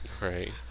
Right